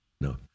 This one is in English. no